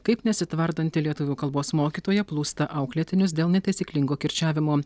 kaip nesitvardanti lietuvių kalbos mokytoja plūsta auklėtinius dėl netaisyklingo kirčiavimo